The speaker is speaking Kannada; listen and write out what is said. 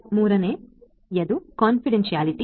3 ನೇ ಗೌಪ್ಯತೆಕಾಂಫಿಡೆಂಟಿಯಾಲಿಟಿ